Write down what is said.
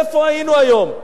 איפה היינו היום?